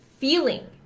Feeling